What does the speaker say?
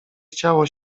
chciało